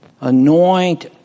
Anoint